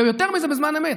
ויותר מזה, בזמן אמת.